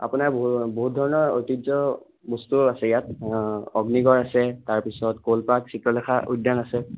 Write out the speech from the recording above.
আপোনাৰ বহু বহুত ধৰণৰ ঐতিহ্য বস্তু আছে ইয়াত অগ্নিগড় আছে তাৰপিছত ক'ল পাৰ্ক চিত্ৰলেখা উদ্যান আছে